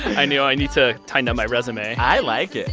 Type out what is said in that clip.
i need i need to tighten up my resume i like it